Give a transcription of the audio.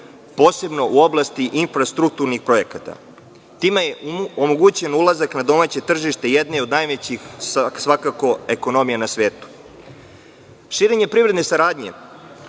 posebno u oblasti infrastrukturnih projekata. Time je omogućen ulazak na domaće tržište jednoj od najvećih ekonomija na svetu. Širenje privredne saradnje